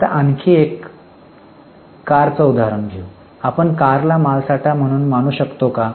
आता आणखी एक कार च उदाहरण घेऊ आपण कारला मालसाठा म्हणून मानू शकता का